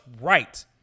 right